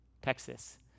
Texas